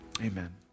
amen